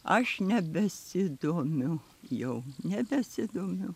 aš nebesidomiu jau nebesidomiu